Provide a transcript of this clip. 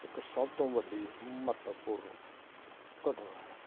ਇਕ ਸਭ ਤੋਂ ਵੱਡੀ ਮਹੱਤਵਪੂਰਨ ਘਟਨਾ ਹੈ